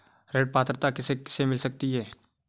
ऋण पात्रता किसे किसे मिल सकती है?